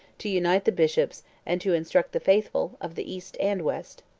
to unite the bishops, and to instruct the faithful, of the east and west.